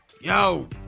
yo